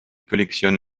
collectionne